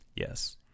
Yes